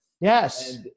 Yes